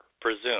presume